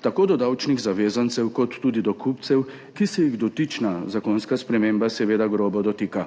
tako do davčnih zavezancev kot tudi do kupcev, ki se jih dotična zakonska sprememba seveda grobo dotika.